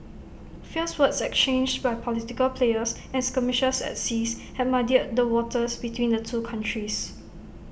fierce words exchanged by political players and skirmishes at seas had muddied the waters between the two countries